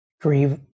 grieve